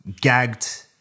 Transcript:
gagged